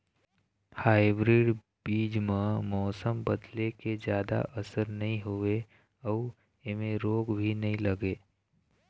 hybrid बीज म मौसम बदले के जादा असर नई होवे अऊ ऐमें रोग भी नई लगे